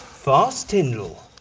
fast, tindall.